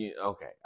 okay